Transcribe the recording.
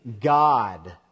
God